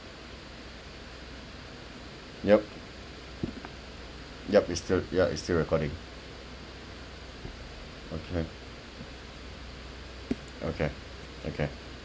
yup yup it's still ya it's still recording okay okay okay